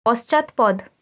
পশ্চাৎপদ